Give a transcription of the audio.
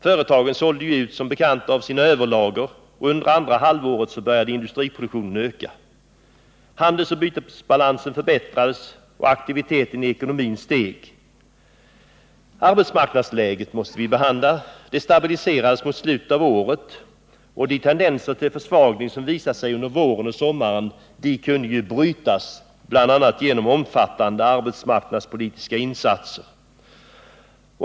Företagen sålde ut av sina överlager, och under andra halvåret började industriproduktionen öka. Handelsoch bytesbalansen förbättrades, och aktiviteten i ekonomin steg. Arbetsmarknadsläget stabiliserades mot slutet av året, och de tendenser till försvagning som visat sig under våren och sommaren kunde brytas, bl.a. genom omfattande arbetsmarknadspolitiska insatser.